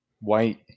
white